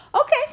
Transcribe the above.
okay